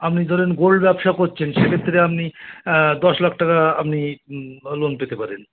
আপনি ধরেন গোল্ড ব্যবসা করছেন সেক্ষেত্রে আপনি দশ লাখ টাকা আপনি লোন পেতে পারেন